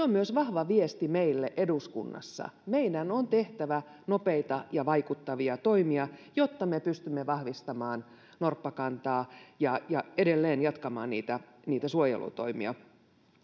on myös vahva viesti meille eduskunnassa meidän on tehtävä nopeita ja vaikuttavia toimia jotta me pystymme vahvistamaan norppakantaa ja ja edelleen jatkamaan niitä niitä suojelutoimia